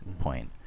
point